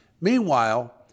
Meanwhile